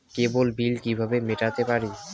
কেবল bill কিভাবে মেটাতে পারি?